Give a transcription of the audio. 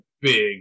big